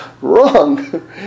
Wrong